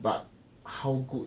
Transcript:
but how good